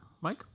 Mike